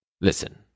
listen